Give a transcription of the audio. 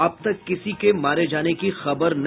अब तक किसी के मारे जाने की खबर नहीं